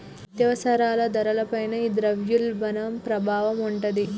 నిత్యావసరాల ధరల పైన ఈ ద్రవ్యోల్బణం ప్రభావం ఉంటాది